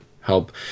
help